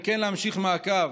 וכן להמשיך מעקב